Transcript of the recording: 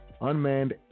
Unmanned